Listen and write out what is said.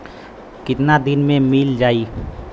कितना दिन में मील जाई?